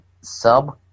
sub